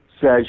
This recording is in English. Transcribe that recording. says